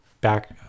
back